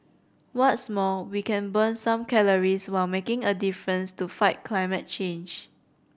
what's more we can burn some calories while making a difference to fight climate change